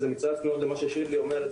וזה מתאים למה ששירלי אומרת,